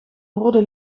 rode